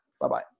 Bye-bye